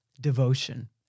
devotion